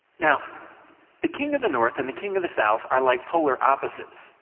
now the king of the north and the king of the south are like polar opposites.